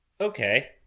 Okay